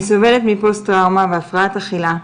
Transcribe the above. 'אני סובלת מפוסט טראומה והפרעת אכילה.